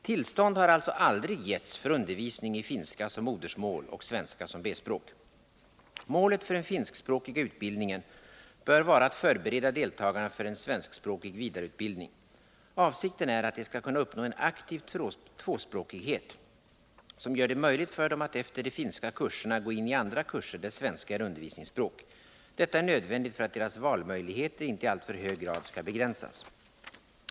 Tillstånd har alltså aldrig getts för undervisning i finska som modersmål och svenska som B-språk. Målet för den finskspråkiga utbildningen bör vara att förbereda deltagarna för en svenskspråkig vidareutbildning. Avsikten är att de skall kunna uppnå en aktiv tvåspråkighet som gör det möjligt för dem att efter de finska kurserna gå in i andra kurser, där svenska är undervisningsspråk. Detta är nödvändigt för att deras valmöjligheter inte i alltför hög grad skall begränsas.